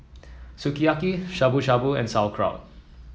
Sukiyaki Shabu Shabu and Sauerkraut